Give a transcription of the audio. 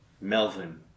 Melvin